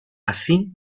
así